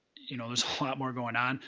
you know, there's a lot more going on.